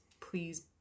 please